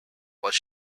was